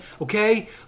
okay